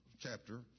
chapter